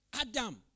Adam